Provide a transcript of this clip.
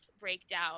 breakdown